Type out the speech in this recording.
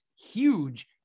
huge